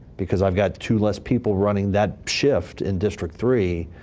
because i've got to less people running that shift in district three,